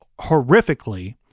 horrifically